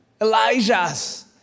Elijah's